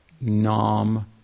Nam